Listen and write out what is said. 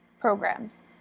programs